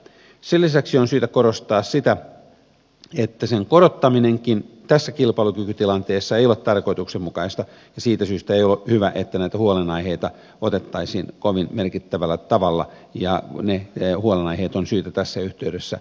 sen lisäksi on syytä korostaa sitä että sen korottaminenkaan tässä kilpailukykytilanteessa ei ole tarkoituksenmukaista ja siitä syystä ei ole hyvä että näitä huolenaiheita otettaisiin kovin merkittävällä tavalla ja ne huolenaiheet on syytä tässä yhteydessä torjua